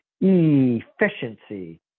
efficiency